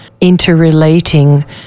interrelating